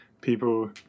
people